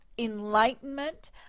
Enlightenment